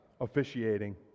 officiating